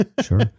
Sure